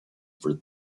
for